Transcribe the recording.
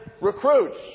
recruits